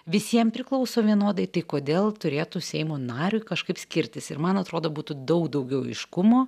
visiem priklauso vienodai tai kodėl turėtų seimo nariui kažkaip skirtis man atrodo būtų daug daugiau aiškumo